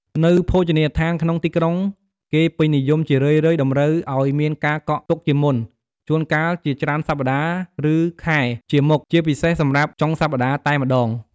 នៅភោជនីយដ្ឋានក្នុងទីក្រុងគេពេញនិយមជារឿយៗតម្រូវឱ្យមានការកក់ទុកជាមុន ជួនកាលជាច្រើនសប្តាហ៍ ឬខែជាមុន ជាពិសេសសម្រាប់ចុងសប្តាហ៍តែម្តង។